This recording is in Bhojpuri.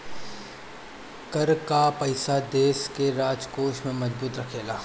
कर कअ पईसा देस के राजकोष के मजबूत रखेला